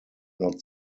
not